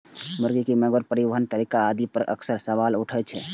मुर्गी के मारै, परिवहन के तरीका आदि पर अक्सर सवाल उठैत रहै छै